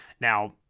Now